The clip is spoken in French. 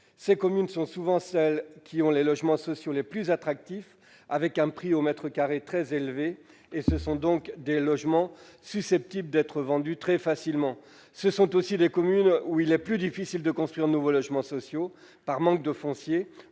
concernées sont souvent celles qui ont les logements sociaux les plus attractifs avec un prix au mètre carré très élevé, logements susceptibles par conséquent d'être vendus très facilement. Ce sont aussi les communes où il est plus difficile de construire de nouveaux logements sociaux, par manque de foncier